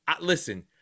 listen